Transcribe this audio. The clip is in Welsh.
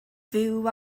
fyw